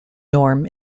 norm